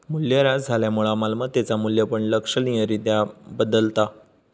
मूल्यह्रास झाल्यामुळा मालमत्तेचा मू्ल्य पण लक्षणीय रित्या बदलता